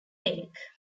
lake